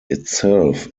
itself